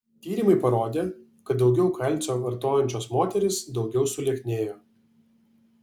tyrimai parodė kad daugiau kalcio vartojančios moterys daugiau sulieknėjo